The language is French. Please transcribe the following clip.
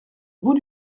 bout